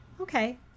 Okay